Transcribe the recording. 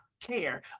care